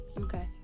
okay